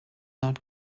not